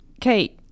Kate